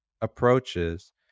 approaches